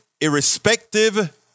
irrespective